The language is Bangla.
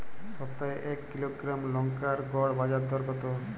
সপ্তাহে এক কিলোগ্রাম লঙ্কার গড় বাজার দর কতো?